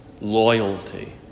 Loyalty